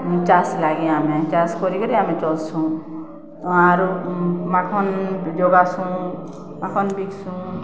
ଚାଷ୍ ଲାଗି ଆମେ ଚାଷ୍ କରିକରି ଆମେ ଚଲ୍ସୁଁ ଆରୁ ମାଖନ୍ ଯୋଗାସୁଁ ମାଖନ୍ ବିକ୍ସୁଁ